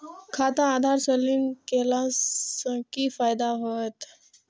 खाता आधार से लिंक केला से कि फायदा होयत?